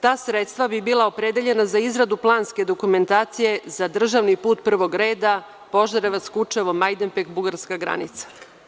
Ta sredstva bi bila opredeljena za izradu planske dokumentacije za državni put prvog reda Požarevo-Kučevo-Majdanpek-bugarska granica.